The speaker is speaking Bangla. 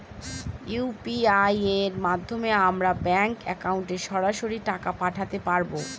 ইউ.পি.আই এর মাধ্যমে আমরা ব্যাঙ্ক একাউন্টে সরাসরি টাকা পাঠাতে পারবো?